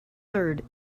third